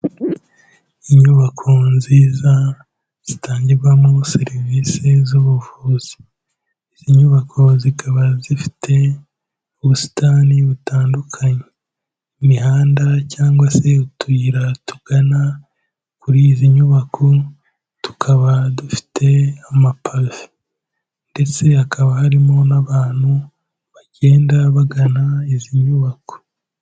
Inyubako nziza zitangirwamo serivisi z'ubuvuzi. Izi nyubako zikaba zifite ubusitani butandukanye. Imihanda cyangwa se utuyira tugana kuri izi nyubako tukaba dufite amapave. Ndetse hakaba harimo n'abantu bagenda bagana izi nyubako.